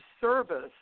service